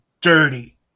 dirty